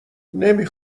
نمی